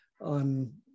on